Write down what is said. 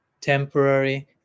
temporary